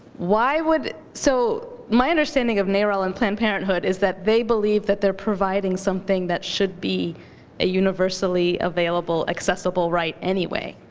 why would so my understanding of narol and planned parenthood is that they believe that they're providing something that should be a universally available accessible right anyway.